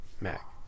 Mac